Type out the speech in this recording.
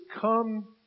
come